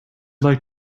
like